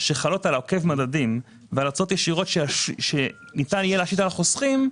שחלות על עוקב מדדים ועל הוצאות ישירות שניתן יהיה להשית על החוסכים,